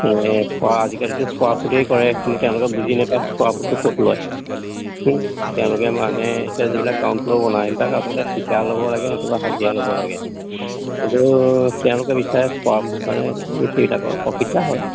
square আজিকালিতো square ফুটেই কৰে কিন্তু তেওঁলোকে বুজি নাপায় স্কুৱাৰ ফুটটো ক'ত লয় তেওঁলোকে মানে এতিয়া যিবিলাক গ্ৰাউণ্ড ফ্লৰ বনায় সেইবিলাক আচলতে ঠিকা ল'ব লাগে নতুবা হাজিৰা ল'ব লাগে কিন্তু তেওঁলোকে বিচাৰে স্কুৱাৰ ফুট মানে মিস্ত্ৰীবিলাকৰ প্ৰফিট এটা হয়